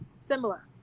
similar